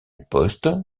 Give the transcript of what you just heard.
poste